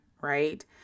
right